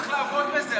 צריך לעבוד בזה.